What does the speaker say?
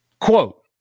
Quote